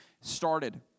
started